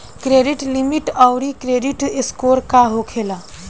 Credit limit आउर credit score का होखेला?